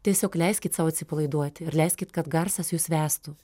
tiesiog leiskit sau atsipalaiduoti ir leiskit kad garsas jus vestų